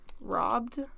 robbed